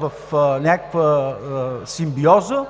в някаква симбиоза.